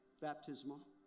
baptismal